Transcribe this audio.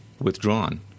withdrawn